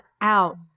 out